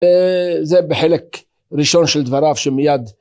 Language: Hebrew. זה בחלק ראשון של דבריו שמיד.